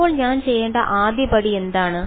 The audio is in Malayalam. അപ്പോൾ ഞാൻ ചെയ്യേണ്ട ആദ്യ പടി എന്താണ്